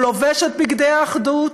הוא לובש את בגדי האחדות,